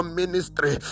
ministry